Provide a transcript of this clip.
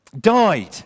died